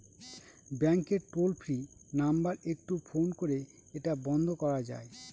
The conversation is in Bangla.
ব্যাংকের টোল ফ্রি নাম্বার একটু ফোন করে এটা বন্ধ করা যায়?